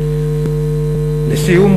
לסיום,